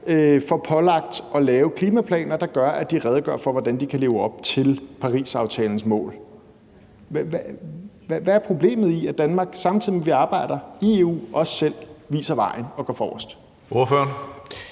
får pålagt at lave klimaplaner, hvor de redegør for, hvordan de kan leve op til Parisaftalens mål? Hvad er problemet i, at Danmark, samtidig med at vi arbejder i EU, også selv viser vejen og går forrest? Kl.